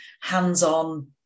hands-on